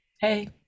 Hey